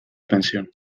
pensión